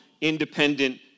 independent